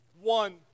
One